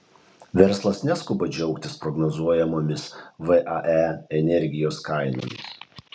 verslas neskuba džiaugtis prognozuojamomis vae energijos kainomis